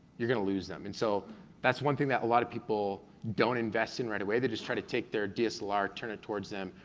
you're gonna lose them. and so that's one thing that a lot of people don't invest in right away, they just try to take their dslr, turn it towards them,